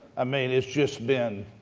ah mean, it's just been